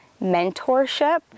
mentorship